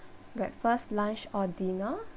breakfast lunch or dinner